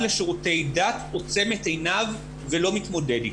לשירותי דת עוצם את עיניו ולא מתמודד איתה,